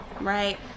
right